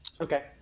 Okay